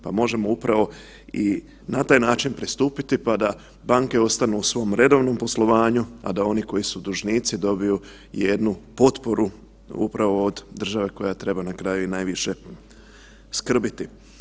Pa možemo upravo na taj način pristupiti pa da banke ostanu u svom redovnom poslovanju, a da oni koji su dužnici dobiju jednu potporu upravo od države koja treba na kraju i najviše skrbiti.